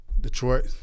Detroit